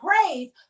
praise